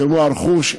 כמו הרכוש,